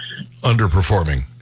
Underperforming